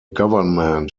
government